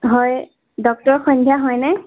হয় ডক্টৰ সন্ধ্য়া হয়নে